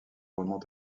remonte